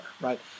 right